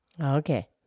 Okay